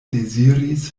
deziris